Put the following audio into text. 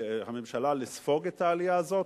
הממשלה לא יכולה לספוג את העלייה הזאת,